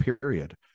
period